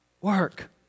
work